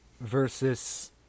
versus